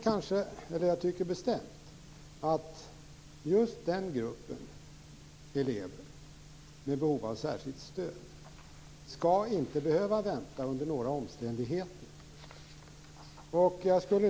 Men jag tycker bestämt att just gruppen av elever med behov av särskilt stöd skall inte under några omständigheter behöva att vänta.